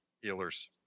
healers